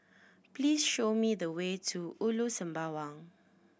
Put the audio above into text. please show me the way to Ulu Sembawang